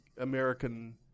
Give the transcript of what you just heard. American